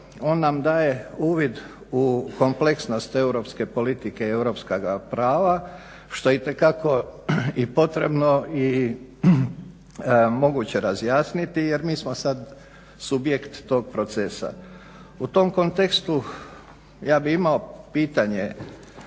on nam daje uvid u kompleksnost europske politike i europska prava što je itekako i potrebno i moguće razjasniti jer mi smo sad subjekt tog procesa. U tom kontekstu ja bih imao pitanje